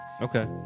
okay